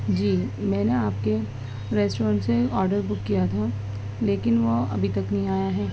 جی میں نے آپ کے ریسٹورینٹ سے آڈر بک کیا تھا لیکن وہ ابھی تک نہیں آیا ہے